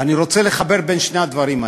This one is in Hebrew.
ואני רוצה לחבר את שני הדברים האלה,